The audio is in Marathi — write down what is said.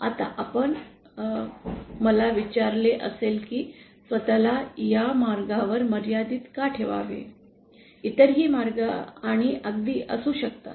आता आपण मला विचारले असेल की स्वत ला या मार्गावर मर्यादित का ठेवावे इतरही मार्ग आणि अगदी असू शकतात